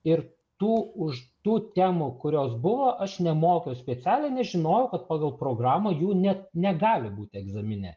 ir tų už tų temų kurios buvo aš nemokiau specialiai nes žinojau kad pagal programą jų net negali būti egzamine